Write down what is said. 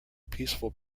peaceful